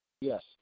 Yes